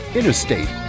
Interstate